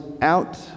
out